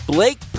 Blake